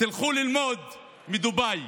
תלכו ללמוד מדובאי.